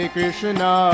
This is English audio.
Krishna